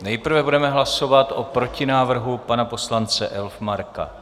Nejprve budeme hlasovat o protinávrhu pana poslance Elfmarka.